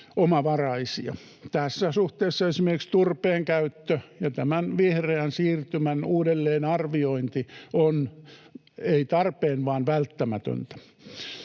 omavaraisia. Tässä suhteessa esimerkiksi turpeen käyttö ja tämän vihreän siirtymän uudelleenarviointi ovat ei vain tarpeen vaan välttämättömiä.